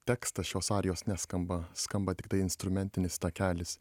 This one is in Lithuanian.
tekstas šios arijos neskamba skamba tiktai instrumentinis takelis